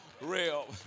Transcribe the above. Real